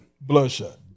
Bloodshot